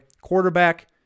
Quarterback